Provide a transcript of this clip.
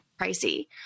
pricey